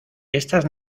estas